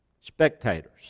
spectators